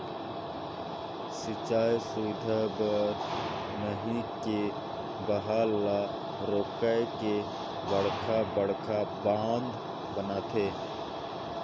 सिंचई सुबिधा बर नही के बहाल ल रोयक के बड़खा बड़खा बांध बनाथे